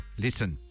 listen